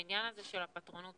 העניין הזה של הפטרונות,